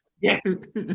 Yes